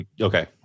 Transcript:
Okay